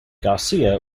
garcia